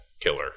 killer